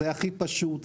זה הכי פשוט,